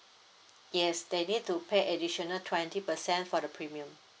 yes they need to pay additional twenty percent for the premium